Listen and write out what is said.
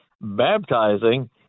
baptizing